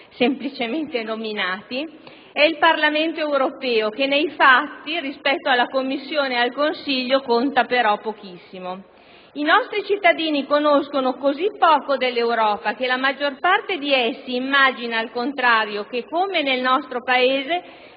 semplicemente nominati) è il Parlamento europeo, che nei fatti (rispetto alla Commissione e al Consiglio) conta però pochissimo. I nostri cittadini conoscono così poco dell'Europa che la maggiore parte di essi immagina, al contrario, che (come nel nostro Paese)